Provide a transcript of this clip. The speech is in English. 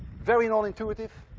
very nonintuitive?